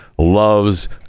Loves